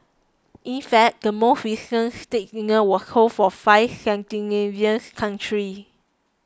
in fact the most recent state dinner was hosted for five Scandinavians countries